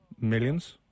millions